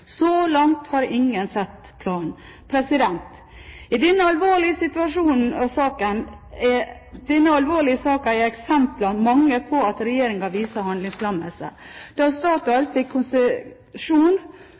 Så langt har ingen sett planen. I denne alvorlige saken er eksemplene mange på at regjeringen viser